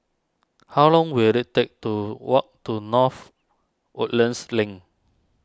how long will it take to walk to North Woodlands Link